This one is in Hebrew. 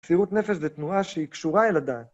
יצירות נפש זה תנועה שהיא קשורה אל הדעת.